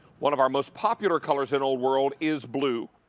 one of our most popular colors in old world is blue,